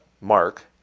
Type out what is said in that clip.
mark